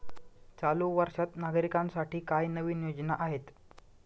चालू वर्षात नागरिकांसाठी काय नवीन योजना आहेत?